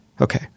Okay